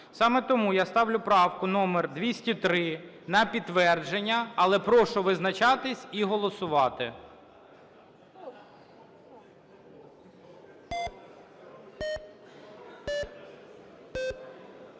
Саме тому я ставлю правку номер 203 на підтвердження, але прошу визначатися і голосувати.